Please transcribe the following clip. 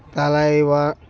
తలైవా